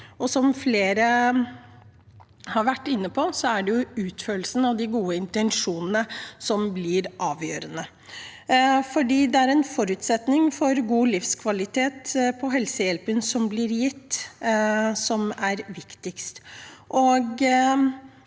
som flere har vært inne på, er det utførelsen av de gode intensjonene som er avgjørende. Dette er forutsetninger for god kvalitet på helsehjelpen som blir gitt, og det er det viktigste.